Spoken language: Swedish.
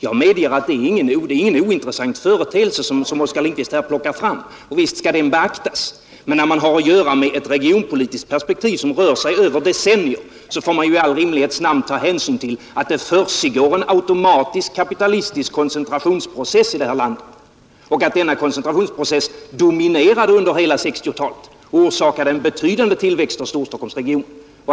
Jag medger att det inte är en ointressant företeelse som herr Oskar Lindkvist här plockar fram, och visst skall den beaktas. Men när man har att göra med ett regionpolitiskt perspektiv som rör sig över decennier, så får man i all rimlighets namn ta hänsyn till att det försiggår en automatisk kapitalistisk koncentrationsprocess i det här landet och att denna koncentrationsprocess dominerade under hela 1960-talet. Den orsakade en betydande tillväxt för Storstockholmsregionen.